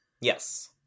Yes